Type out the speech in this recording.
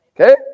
Okay